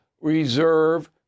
reserve